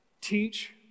Teach